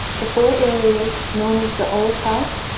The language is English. the four areas known as the olcott,